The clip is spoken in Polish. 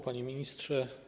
Panie Ministrze!